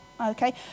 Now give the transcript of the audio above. Okay